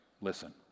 listen